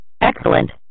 Excellent